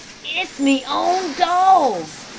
it's me own dog.